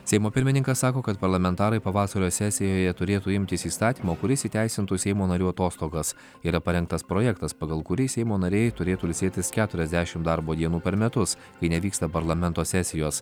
seimo pirmininkas sako kad parlamentarai pavasario sesijoje turėtų imtis įstatymo kuris įteisintų seimo narių atostogas yra parengtas projektas pagal kurį seimo nariai turėtų ilsėtis keturiasdešimt darbo dienų per metus kai nevyksta parlamento sesijos